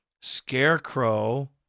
scarecrow